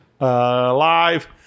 live